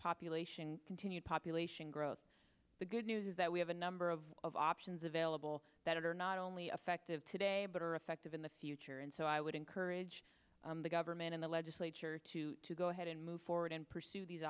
population continued population growth the good news is that we have a number of options available that are not only affective today but are effective in the future and so i would encourage the government in the legislature to go ahead and move forward and pursue these